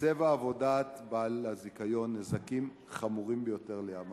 הסבה עבודת בעל הזיכיון נזקים חמורים ביותר לים-המלח.